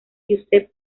giuseppe